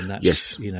Yes